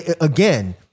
Again